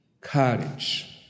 courage